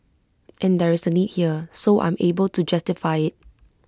and there is A need here so I'm able to justify IT